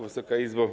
Wysoka Izbo!